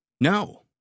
No